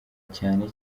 cyane